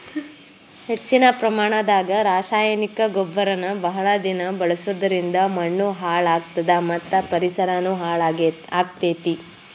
ಹೆಚ್ಚಿನ ಪ್ರಮಾಣದಾಗ ರಾಸಾಯನಿಕ ಗೊಬ್ಬರನ ಬಹಳ ದಿನ ಬಳಸೋದರಿಂದ ಮಣ್ಣೂ ಹಾಳ್ ಆಗ್ತದ ಮತ್ತ ಪರಿಸರನು ಹಾಳ್ ಆಗ್ತೇತಿ